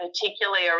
particularly